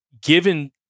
Given